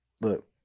look